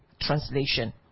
translation